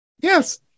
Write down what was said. yes